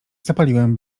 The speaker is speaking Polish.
zapaliłem